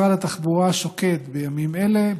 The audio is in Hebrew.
משרד התחבורה שוקד בימים אלה,